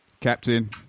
Captain